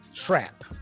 trap